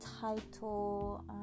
title